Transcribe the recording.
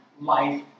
life